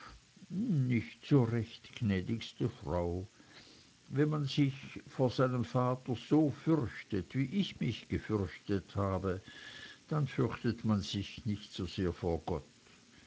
nicht so recht gnädigste frau wenn man sich vor seinem vater so fürchtet wie ich mich gefürchtet habe dann fürchtet man sich nicht so sehr vor gott